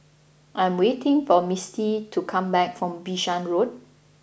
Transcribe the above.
I am waiting for Mistie to come back from Bishan Road